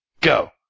Go